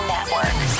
Network